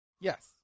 Yes